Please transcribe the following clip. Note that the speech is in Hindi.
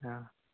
हाँ